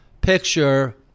picture